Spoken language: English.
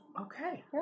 Okay